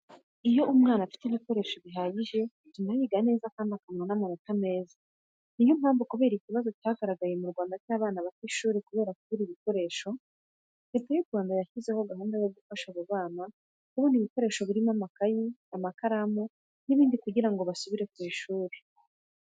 Iyo umwana afite ibikoresho bihagije bituma yiga neza kandi akabona n'amanota meza, niyo mpamvu kubera ikibazo cyagaragaye mu Rwanda cy'abana bata ishuri kubera kubura ibikoresho, Leta y'u Rwanda yashyizeho gahunda yo gufasha abo bana kubona ibikoresho birimo amakayi, amakaramu n'ibindi kugira ngo basubire ku ishuri.